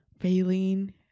failing